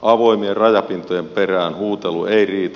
avoimien rajapintojen perään huutelu ei riitä